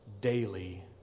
daily